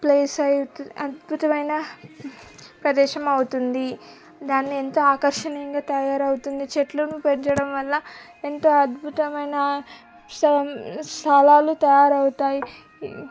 place అవుతుంది అద్భుతమైన ప్రదేశం అవుతుంది దాన్ని ఎంతో ఆకర్షణీయంగా తయారవుతుంది చెట్లను పెంచడం వల్ల ఎంతో అద్భుతమైన సం స్థలాలు తయారవుతాయి